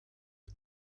the